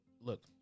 Look